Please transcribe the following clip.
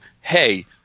hey